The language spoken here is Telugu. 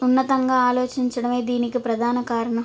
ఉన్నతంగా ఆలోచించడమే దీనికి ప్రధాన కారణం